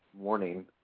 morning